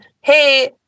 hey